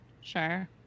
Sure